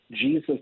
Jesus